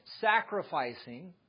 sacrificing